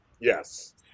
Yes